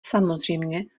samozřejmě